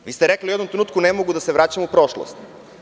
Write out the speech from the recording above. Rekli ste u jednom trenutku – ne mogu da se vraćam u prošlost.